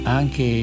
anche